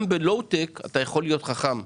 גם ב-low tech אתה יכול להיות חכם.